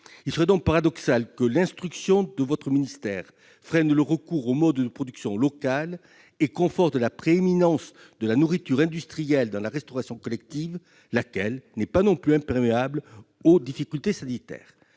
Il serait donc paradoxal que l'instruction de votre ministère freine le recours à la production locale et conforte la prééminence de la nourriture industrielle dans la restauration collective, laquelle n'est pas non plus imperméable aux difficultés sanitaires.